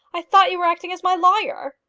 i thought you were acting as my lawyer.